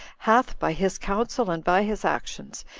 hath, by his counsel and by his actions,